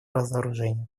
разоружению